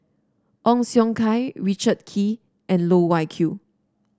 Ong Siong Kai Richard Kee and Loh Wai Kiew